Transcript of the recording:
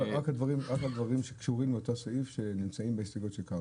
רק על דברים שקשורים לאותו סעיף שנמצאים בהסתייגויות של קרעי.